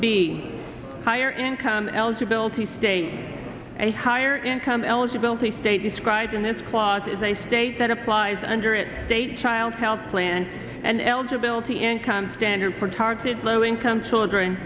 be higher income eligibility state a higher income eligibility state described in this clause is a state that applies under its state child health plan and eligibility in standard for targeted low income children